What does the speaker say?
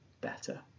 better